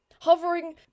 Hovering